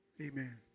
Amen